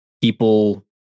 People